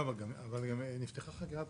נאמר פה שנפתחה חקירת